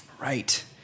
Right